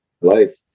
life